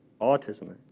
autism